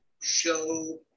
show